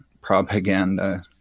propaganda